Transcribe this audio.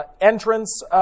entrance